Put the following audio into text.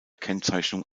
kennzeichnung